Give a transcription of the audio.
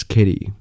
Kitty